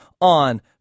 on